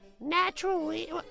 Naturally